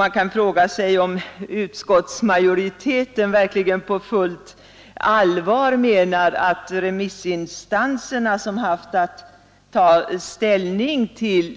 Man kan fråga sig om utskottsmajoriteten verkligen på fullt allvar menar att remissinstanserna, som haft att ta ställning till